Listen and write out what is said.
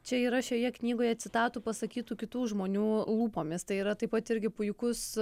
čia yra šioje knygoje citatų pasakytų kitų žmonių lūpomis tai yra taip pat irgi puikus